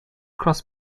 cross